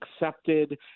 accepted